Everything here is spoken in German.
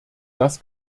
das